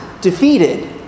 defeated